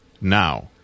now